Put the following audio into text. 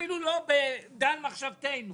אפילו לא בדן מחשבתנו